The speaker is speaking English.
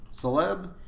celeb